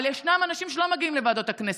אבל ישנם אנשים שלא מגיעים לוועדות הכנסת.